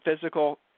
physical